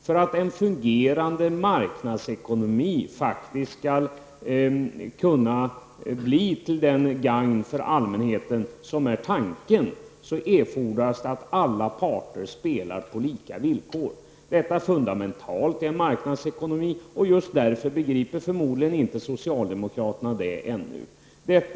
För att en fungerande marknadsekonomi skall vara till gagn för allmänheten erfordras att alla parter spelar på lika villkor. Detta är det fundamentala i en marknadsekonomi och förmodligen är det just därför som socialdemokraterna ännu inte begriper detta.